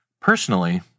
Personally